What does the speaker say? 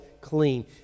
clean